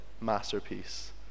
masterpiece